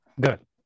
Good